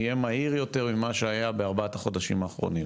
יהיה מהיר יותר ממה שהיה בארבעת החודשים האחרונים,